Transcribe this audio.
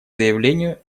заявлению